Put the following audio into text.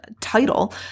title